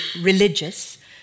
religious